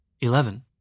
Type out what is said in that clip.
Eleven